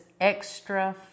extra